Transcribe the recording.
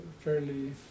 fairly